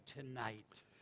tonight